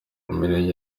imirenge